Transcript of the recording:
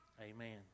Amen